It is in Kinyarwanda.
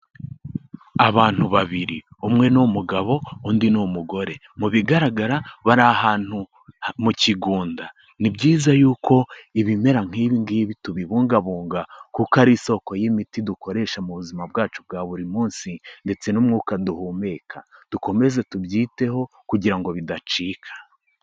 Abantu babiri, umwe ni umugabo, undi ni umugore, mu bigaragara bari ahantu mu kigunda, ni byiza y'uko ibimera nk'ibi ngibi tubibungabunga kuko ari isoko y'imiti dukoresha mu buzima bwacu bwa buri munsi ndetse n'umwuka duhumeka, dukomeze tubyiteho kugira ngo bidacika.